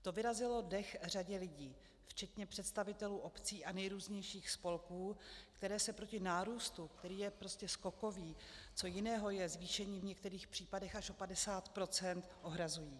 To vyrazilo dech řadě lidí, včetně představitelů obcí a nejrůznějších spolků, které se proti nárůstu, který je prostě skokový co jiného je zvýšení v některých případech až o 50 %?, ohrazují.